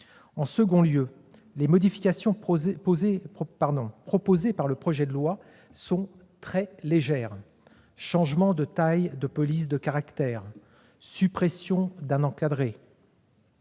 En deuxième lieu, les modifications proposées dans le projet de loi sont très légères : le changement de taille de police de caractères ou la suppression d'un encadré